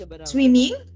swimming